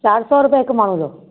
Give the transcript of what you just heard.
चारि सौ रुपिया हिकु माण्हूंअ जो